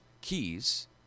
keys